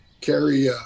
carry